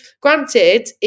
Granted